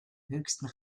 höchsten